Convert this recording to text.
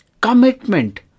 commitment